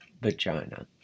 vagina